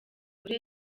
muri